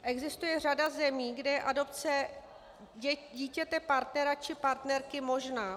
Existuje řada zemí, kde je adopce dítěte partnera či partnerky možná.